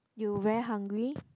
you very hungry